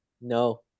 No